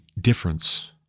difference